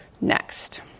next